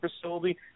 facility